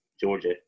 Georgia